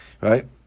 right